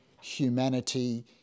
humanity